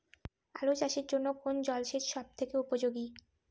আলু চাষের জন্য কোন জল সেচ সব থেকে উপযোগী?